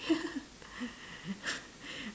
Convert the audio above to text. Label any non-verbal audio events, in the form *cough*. *laughs*